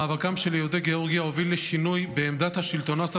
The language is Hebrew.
מאבקם של יהודי גאורגיה הוביל לשינוי בעמדת השלטונות הסובייטיים,